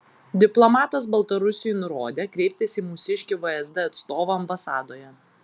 diplomatas baltarusiui nurodė kreiptis į mūsiškį vsd atstovą ambasadoje